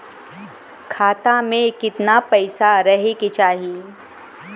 खाता में कितना पैसा रहे के चाही?